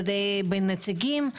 בין נציגים,